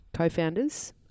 Co-founders